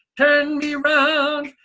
turn me round,